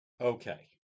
Okay